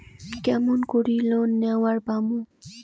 কেমন করি লোন নেওয়ার পামু?